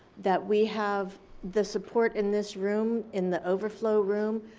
that we have the support in this room, in the overflow room,